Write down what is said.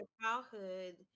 childhood